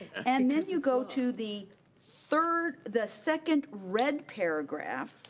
and then you go to the third, the second red paragraph,